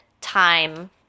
time